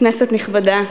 תודה רבה, כנסת נכבדה,